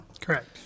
Correct